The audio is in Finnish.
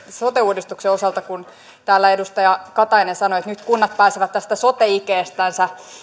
sote uudistuksen osalta kun täällä edustaja katainen sanoi että nyt kunnat pääsevät tästä sote ikeestänsä